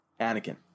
Anakin